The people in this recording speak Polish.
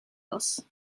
los